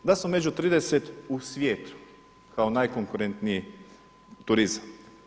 Da smo među 30 u svijetu kao najkonkurentniji turizam.